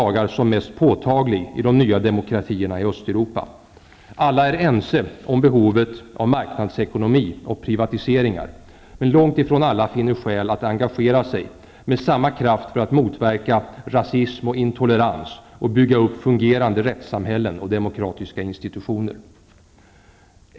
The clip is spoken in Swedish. Alla är ense om behovet av marknadsekonomi och privatiseringar, men långt ifrån alla finner skäl att engagera sig med samma kraft för att motverka rasism och intolerans och bygga upp fungerande rättssamhällen och demokratiska institutioner.